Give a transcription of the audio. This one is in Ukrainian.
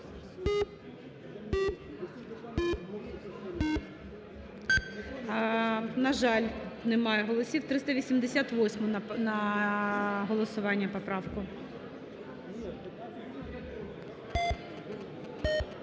На жаль, немає голосів. 388 на голосування поправку.